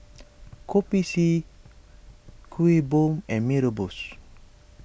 Kopi C Kuih Bom and Mee Rebus